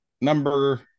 number